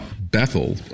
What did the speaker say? Bethel